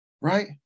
right